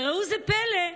וראו זה פלא: